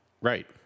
Right